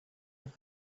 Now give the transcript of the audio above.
have